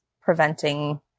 preventing